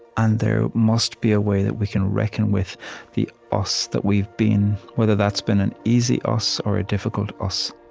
and there must be a way that we can reckon with the us that we've been, whether that's been an easy us or a difficult us.